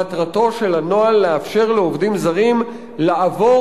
מטרתו של הנוהל לאפשר לעובדים זרים לעבור